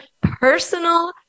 personal